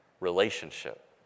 Relationship